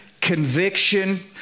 conviction